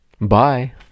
Bye